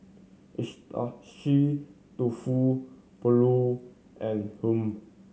dofu Pulao and Hummu